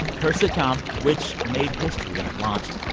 her sitcom, which made history when it launched,